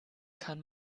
kann